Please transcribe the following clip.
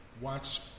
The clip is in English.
watch